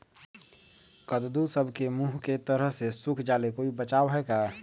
कददु सब के मुँह के तरह से सुख जाले कोई बचाव है का?